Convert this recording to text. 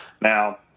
Now